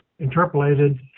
interpolated